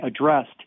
addressed